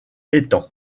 étangs